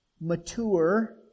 mature